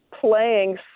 playing